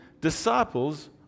disciples